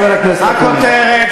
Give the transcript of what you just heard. חבר הכנסת אקוניס.